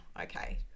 okay